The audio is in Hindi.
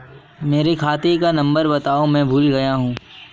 मेरे खाते का नंबर बताओ मैं भूल गया हूं